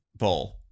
Bowl